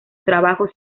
trabajos